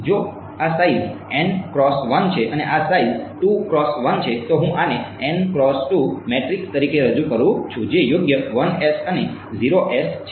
જો આ સાઈઝ છે અને આ સાઈઝ છે તો હું આને મેટ્રિક્સ તરીકે રજૂ કરું છું જે યોગ્ય 1s અને 0s છે